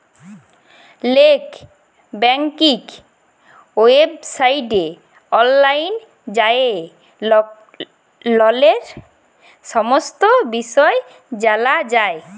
late banking ওয়েবসাইটে অললাইল যাঁয়ে ললের সমস্ত বিষয় জালা যায়